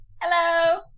Hello